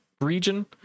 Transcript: region